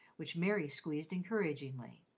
which mary squeezed encouragingly.